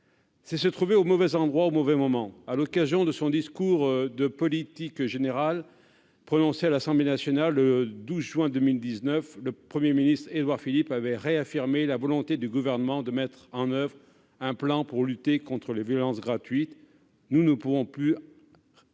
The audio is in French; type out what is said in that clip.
se sont trouvées au mauvais endroit, au mauvais moment. Lors du discours de politique générale qu'il a prononcé à l'Assemblée nationale le 12 juin 2019, le Premier ministre Édouard Philippe avait réaffirmé la volonté du Gouvernement de mettre en oeuvre un plan pour lutter contre ces violences gratuites. « Nous ne devons plus rien